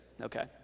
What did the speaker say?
Okay